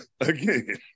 again